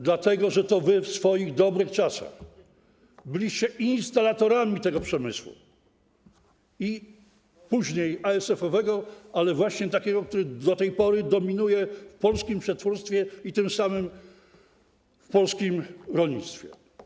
Dlatego że to wy w swoich dobrych czasach byliście instalatorami tego przemysłu i później ASF-owego, właśnie takiego, który do tej pory dominuje w polskim przetwórstwie i tym samym w polskim rolnictwie.